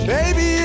Baby